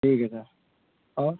ठीक है सर और